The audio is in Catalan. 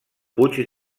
puig